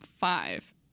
five